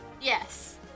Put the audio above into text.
Yes